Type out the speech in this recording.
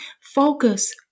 Focus